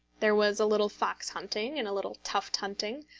there was a little fox-hunting and a little tuft-hunting,